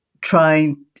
trying